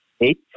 eight